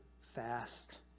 fast